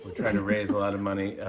trying to raise a lot of money